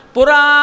Pura